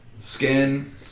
skin